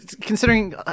considering